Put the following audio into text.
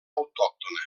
autòctona